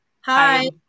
Hi